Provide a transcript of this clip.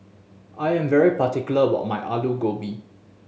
I am particular about my Alu Gobi